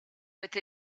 with